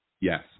Yes